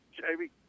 Jamie